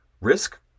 risk